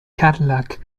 cadillac